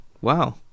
Wow